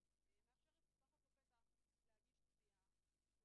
נזק הם סעדים שצריכים להינתן רק בסיטואציה של זדון.